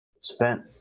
spent